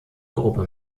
gruppe